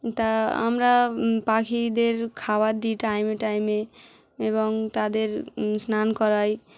তা আমরা পাখিদের খাবার দিই টাইমে টাইমে এবং তাদের স্নান করাই